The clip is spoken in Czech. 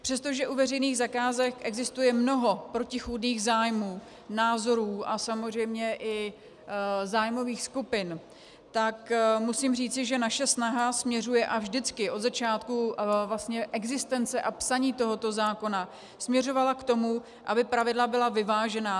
Přestože u veřejných zakázek existuje mnoho protichůdných zájmů, názorů a samozřejmě i zájmových skupin, tak musím říci, že naše snaha směřuje a vždycky od začátku vlastně existence a psaní tohoto zákona směřovala k tomu, aby pravidla byla vyvážená.